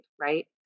right